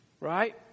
right